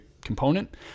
component